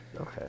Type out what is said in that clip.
okay